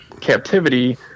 captivity